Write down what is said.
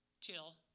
till